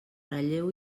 ratlleu